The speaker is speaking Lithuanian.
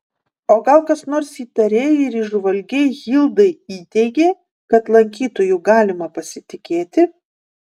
o gal kas nors įtariai ir įžvalgiai hildai įteigė kad lankytoju galima pasitikėti